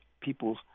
people's